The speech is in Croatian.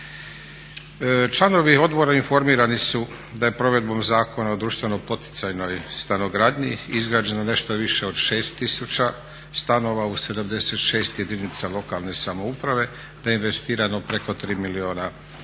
Članovi odbora informirani su da je provedbom Zakona o društveno poticanoj stanogradnji izgrađeno nešto više od 6000 stanova u 76 jedinica lokalne samouprave te je investirano preko 3 milijarde